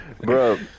Bro